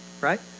right